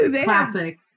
classic